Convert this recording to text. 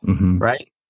right